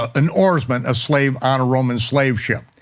ah an oarsman, a slave on a roman slave ship.